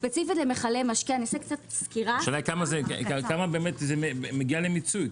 ספציפית למכלי משקה- -- השאלה כמה זה מגיע למיצוי.